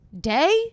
Day